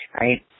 right